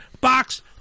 box